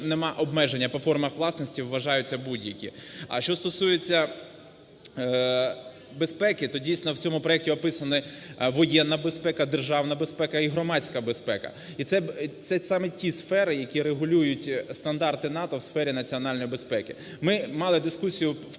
немає обмеження по формах власності, вважаються будь-які. А що стосується безпеки, то, дійсно, в цьому проекті описана воєнна безпека, державна безпека і громадська безпека. І це саме ті сфери, які регулюють стандарти НАТО у сфері національної безпеки. Ми мали дискусію